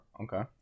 Okay